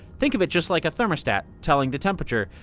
think of it just like a thermostat telling the temperature.